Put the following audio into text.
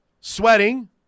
sweating